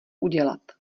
udělat